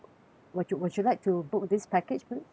would you would you like to book this package please